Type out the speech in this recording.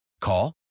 Call